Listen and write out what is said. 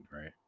right